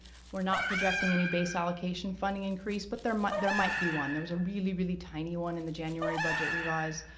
we are not projecting any base allocation funding increase, but there might there might be one. there is a really, really tiny one in the january budget revised,